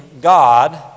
God